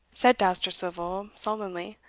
said dousterswivel, sullenly,